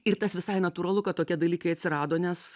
ir tas visai natūralu kad tokie dalykai atsirado nes